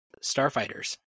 starfighters